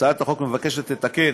הצעת החוק נועדה לתקן